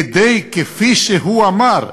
כדי, כפי שהוא אמר,